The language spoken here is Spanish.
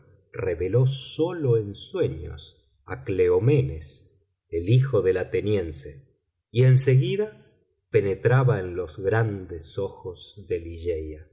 reveló sólo en sueños a cleomenes el hijo del ateniense y en seguida penetraba en los grandes ojos de